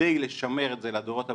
כדי לשמר את זה לדורות הבאים.